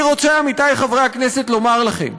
אני רוצה, עמיתי חברי הכנסת, לומר לכם,